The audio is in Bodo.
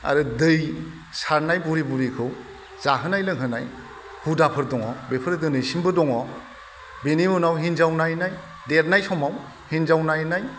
आरो दै सारनाय बुरि बुरिखौ जाहोनाय लोंहोनाय हुदाफोर दङ बेफोरो दिनैसिमबो दङ बेनि उनाव हिनजाव नायनाय देरनाय समाव हिनजाव नायनाय